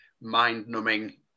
mind-numbing